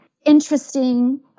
interesting